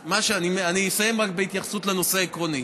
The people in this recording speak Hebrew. אסיים רק בהתייחסות לנושא העקרוני.